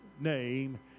name